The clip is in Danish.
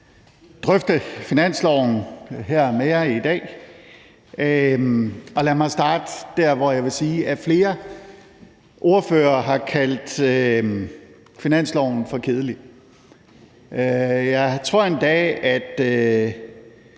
drøfte finansloven med jer her i dag. Lad mig starte med det, at flere ordførere har kaldt finansloven for kedelig. Jeg tror endda, at